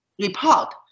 report